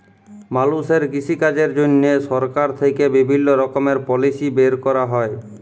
মালুষের কৃষিকাজের জন্হে সরকার থেক্যে বিভিল্য রকমের পলিসি বের ক্যরা হ্যয়